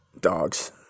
dogs